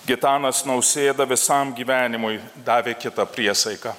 gitanas nausėda visam gyvenimui davė kitą priesaiką